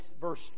verse